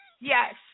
Yes